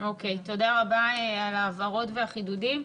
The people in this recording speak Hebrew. תודה רבה על ההבהרות והחידודים.